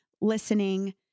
listening